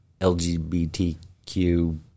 LGBTQ